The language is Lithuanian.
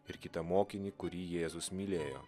ir kitą mokinį kurį jėzus mylėjo